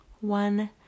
one